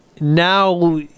now